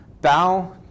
bow